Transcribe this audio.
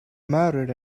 married